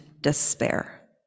despair